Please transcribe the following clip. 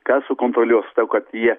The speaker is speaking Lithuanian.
kas sukontroliuos tau kad jie